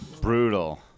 Brutal